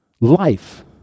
life